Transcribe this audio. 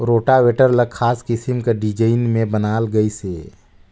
rotavator ल खास किसम कर डिजईन में बनाल गइसे